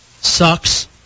sucks